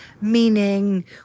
meaning